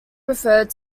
referred